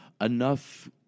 enough